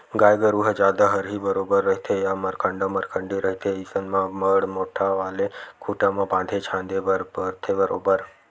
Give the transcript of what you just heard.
गाय गरु ह जादा हरही बरोबर रहिथे या मरखंडा मरखंडी रहिथे अइसन म बड़ मोट्ठा वाले खूटा म बांधे झांदे बर परथे बरोबर